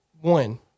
One